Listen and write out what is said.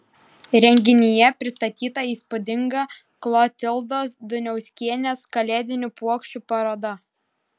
renginyje pristatyta įspūdinga klotildos duniauskienės kalėdinių puokščių paroda